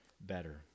better